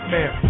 Man